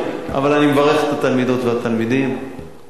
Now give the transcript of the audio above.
אבל אני מברך את התלמידות והתלמידים ומאחל להם